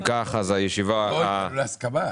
הצבעה בעד, 1 נגד, רוב הרביזיה לא אושרה.